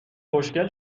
خوشگل